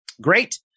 Great